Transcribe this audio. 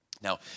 Now